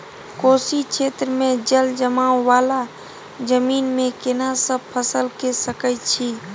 कोशी क्षेत्र मे जलजमाव वाला जमीन मे केना सब फसल के सकय छी?